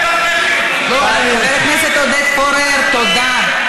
חבר הכנסת עודד פורר, תודה.